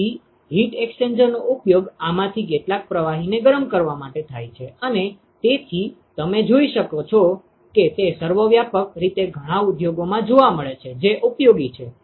તેથી હીટ એક્સ્ચેન્જરનો ઉપયોગ આમાંથી કેટલાક પ્રવાહીને ગરમ કરવા માટે થાય છે અને તેથી તમે જોઈ શકો છો કે તે સર્વવ્યાપક રીતે ઘણાં ઉદ્યોગોમાં જોવા મળે છે જે ઉપયોગી છે